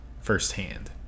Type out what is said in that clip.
firsthand